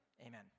Amen